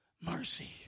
mercy